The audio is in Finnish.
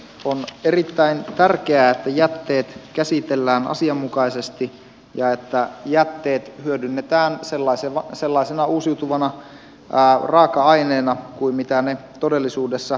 on erittäin tärkeää että jätteet käsitellään asianmukaisesti ja että jätteet hyödynnetään sellaisena uusiutuvana raaka aineena kuin mitä ne todellisuudessa ovat